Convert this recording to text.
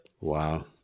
Wow